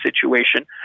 situation